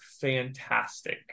fantastic